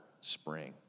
spring